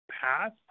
path